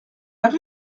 faire